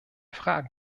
fragen